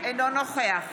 אינו נוכח